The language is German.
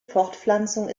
fortpflanzung